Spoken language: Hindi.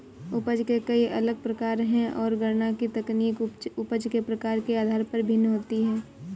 उपज के कई अलग प्रकार है, और गणना की तकनीक उपज के प्रकार के आधार पर भिन्न होती है